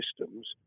systems